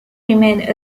remained